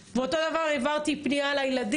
יש לכם פתרון לירושלים?